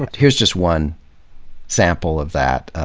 here's just one sample of that,